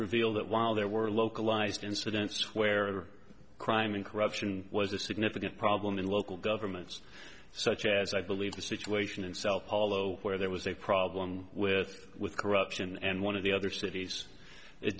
reveal that while there were localized incidents where crime and corruption was a significant problem in local governments such as i believe the situation in cell paulo where there was a problem with with corruption and one of the other cities it